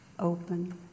open